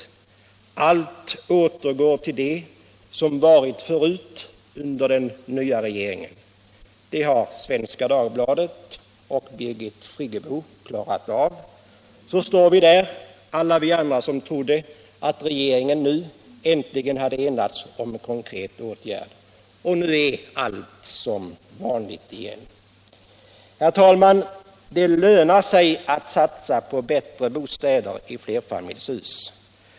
31 mars 1977 Allt återgår till det som varit förut under den nya regeringen. Det har Svenska Dagbladet och Birgit Friggebo klarat av. Så står vi där — alla — Anslag till bostadsvi andra som trodde att regeringen nu äntligen hade enats om en konkret — byggande, m.m. åtgärd. Och nu är allt som vanligt igen. Det lönar sig att satsa på bättre bostäder i flerfamiljshus.